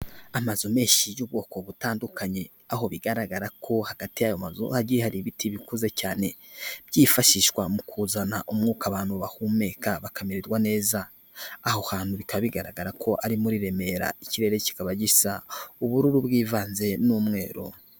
Amazu menshi y'ubwoko butandukanye, aho bigaragara ko hagati y'ayo mazu hagiye hari ibiti bikuze cyane, byifashishwa mu kuzana umwuka abantu bahumeka bakamererwa neza. Aho hantu bikaba bigaragara ko ari muri Remera ikirere kikaba gisa ubururu bwivanze n'umweru.